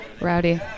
rowdy